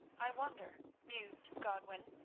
i wonder, mused godwin,